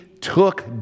took